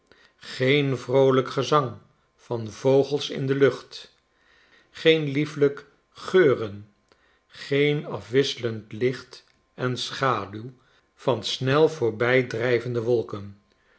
geen vroolijk gezang van vogels in de lucht geen liefelijk geuren geen afwisselend licht en schaduw van snel voorbijdrijvende wolken